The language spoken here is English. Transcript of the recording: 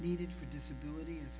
needed for disability